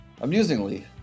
Amusingly